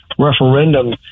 referendum